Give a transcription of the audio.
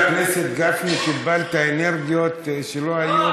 כשנכנס חבר הכנסת גפני קיבלת אנרגיות שלא היו,